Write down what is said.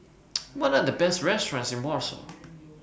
What Are The Best restaurants in Warsaw